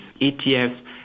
ETFs